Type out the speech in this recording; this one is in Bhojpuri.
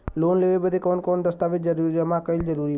लोन लेवे खातिर कवन कवन दस्तावेज जमा कइल जरूरी बा?